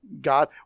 God